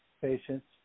patients